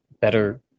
better